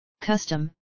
custom